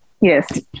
yes